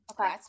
Okay